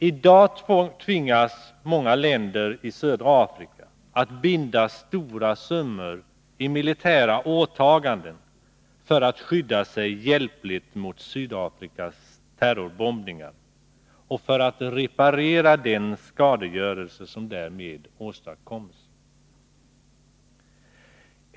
I dag tvingas många länder i södra Afrika att binda stora summor i militära åtaganden för att skydda sig hjälpligt mot Sydafrikas terrorbombningar och för att reparera den skadegörelse som därmed åstadkommes.